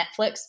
Netflix